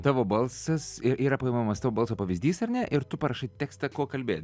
tavo balsas ir yra paimamas tavo balso pavyzdys ar ne ir tu parašai tekstą kuo kalbėt